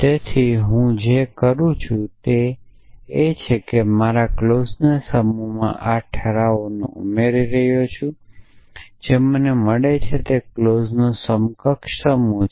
તેથી હું જે કહું છું તે છે કે હું મારા ક્લોઝના સમૂહમાં આ રિજોલ્યુશન ઉમેરી રહ્યો છું અને જે મને મળે છે તે ક્લોઝનો સમકક્ષ સમૂહ છે